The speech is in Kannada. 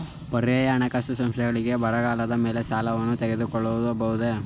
ಪರ್ಯಾಯ ಹಣಕಾಸು ಸಂಸ್ಥೆಗಳಲ್ಲಿ ಬಂಗಾರದ ಮೇಲೆ ಸಾಲವನ್ನು ತೆಗೆದುಕೊಳ್ಳಬಹುದೇ?